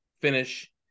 finish